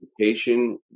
education